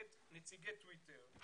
את נציגי טוויטר,